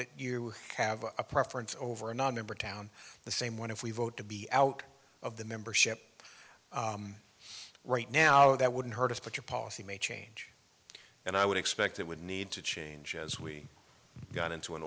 that you have a preference over a nonmember town the same one if we vote to be out of the membership right now that wouldn't hurt us but your policy may change and i would expect it would need to change as we got into an